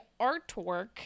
artwork